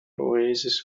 oasis